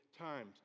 times